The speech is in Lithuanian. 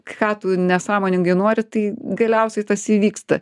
ką tu nesąmoningai nori tai galiausiai tas įvyksta